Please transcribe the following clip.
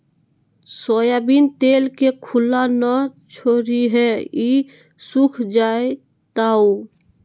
soybean तेल के खुल्ला न छोरीहें ई सुख जयताऊ